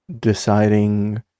deciding